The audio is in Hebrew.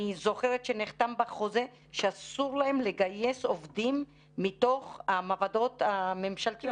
אני זוכרת שנחתם בחוזה שאסור להם לגייס עובדים מתוך המעבדות הממשלתיות.